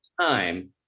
time